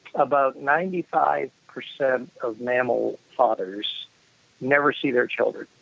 about ninety five percent of mammal fathers never see their children,